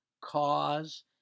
cause